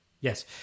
Yes